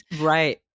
Right